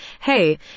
Hey